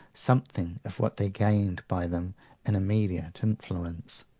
something of what they gained by them in immediate influence.